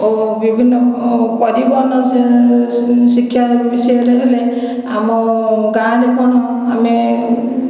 ଓ ବିଭିନ୍ନ ପରିବହନ ଶିକ୍ଷା ବିଷୟରେ ଗଲେ ଆମ ଗାଁରେ କ'ଣ ଆମେ